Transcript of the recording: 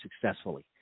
successfully